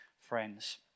friends